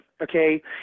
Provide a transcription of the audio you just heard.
okay